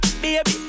Baby